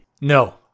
No